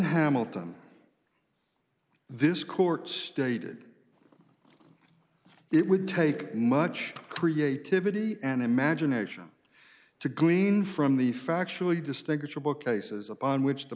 hamilton this court stated it would take much creativity and imagination to glean from the factually distinguishable cases upon which the